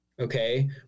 Okay